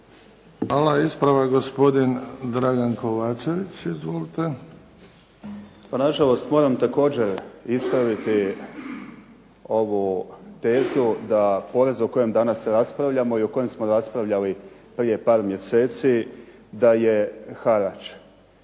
Hvala. Ispravak, gospodin Dragan Kovačević. Izvolite. **Kovačević, Dragan (HDZ)** Pa na žalost, moram također ispraviti ovu tezu da porez o kojem danas raspravljamo i o kojem smo raspravljali prije par mjeseci, da je harač.